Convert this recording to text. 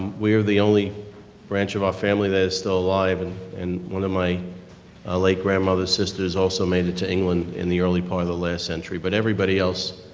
we are the only branch of our family that is still alive and and one of my late grandmother's sisters also made it to england in the early part of the last century. but everybody else